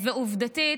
עובדתית,